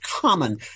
common